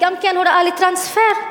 היא גם הוראה לטרנספר,